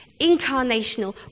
incarnational